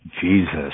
Jesus